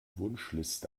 wunschliste